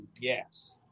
yes